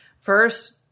first